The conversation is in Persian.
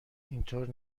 اینطور